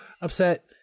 upset